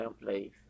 Place